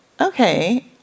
okay